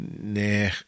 nah